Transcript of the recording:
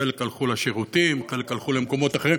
חלק הלכו לשירותים, חלק הלכו למקומות אחרים.